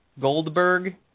Goldberg